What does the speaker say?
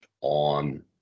on